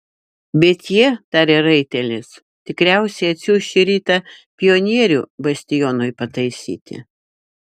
bet jie tarė raitelis tikriausiai atsiųs šį rytą pionierių bastionui pataisyti